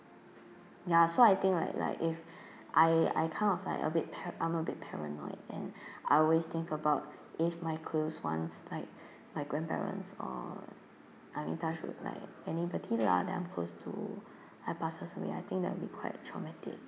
ya so I think like like if I I kind of like a bit para~ I'm a bit paranoid and I always think about if my close ones like my grandparents or I mean touch wood like anybody lah that I'm close to passes away I think that will be quite traumatic